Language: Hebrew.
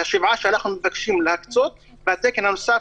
השבעה שאנחנו מבקשים להקצות והתקן הנוסף